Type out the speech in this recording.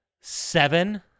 seven